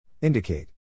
Indicate